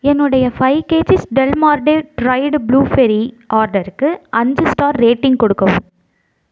என்னுடைய five KGs டெல் மார்டேட் டிரைடு ப்ளூபெர்ரி ஆர்டருக்கு அஞ்சு ஸ்டார் ரேட்டிங் கொடுக்கவும்